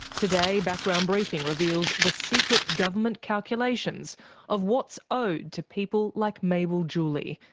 today background briefing reveals the secret government calculations of what's owed to people like mabel juli,